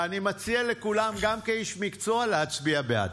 ואני מציע לכולם, גם כאיש מקצוע, להצביע בעד.